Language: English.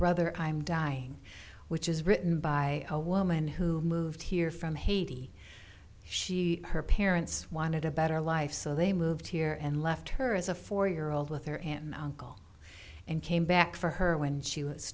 rather i'm dying which is written by a woman who moved here from haiti she her parents wanted a better life so they moved here and left her as a four year old with her aunt and uncle and came back for her when she was